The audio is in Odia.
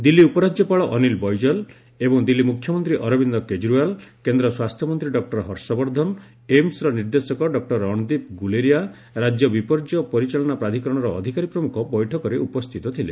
ଦିଲ୍ଲୀ ଉପରାଜ୍ୟପାଳ ଅନୀଲ ବୈଜଲ ଏବଂ ଦିଲ୍ଲୀ ମୁଖ୍ୟମନ୍ତ୍ରୀ ଅରବିନ୍ଦ କେଜରିୱାଲ୍ କେନ୍ଦ୍ର ସ୍ୱାସ୍ଥ୍ୟମନ୍ତ୍ରୀ ଡକ୍କର ହର୍ଷବର୍ଦ୍ଧନ ଏମ୍ସର ନିର୍ଦ୍ଦେଶକ ଡକୁର ରଣଦୀପ ଗୁଲେରିଆ ରାଜ୍ୟ ବିପର୍ଯ୍ୟୟ ପରିଚାଳନା ପ୍ରାଧିକରଣର ଅଧିକାରୀ ପ୍ରମୁଖ ବୈଠକରେ ଉପସ୍ଥିତ ଥିଲେ